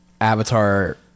Avatar